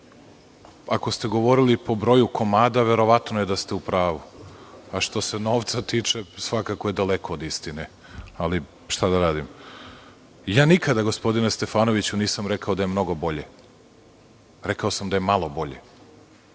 Ako ste govorili po broju komada, verovatno je da ste u pravu, a što se novca tiče svakako je daleko od istine, ali šta da radimo. Ja nikada, gospodine Stefanoviću, nisam rekao da je mnogo bolje, rekao sam da je malo bolje.